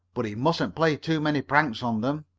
but he mustn't play too many pranks on them.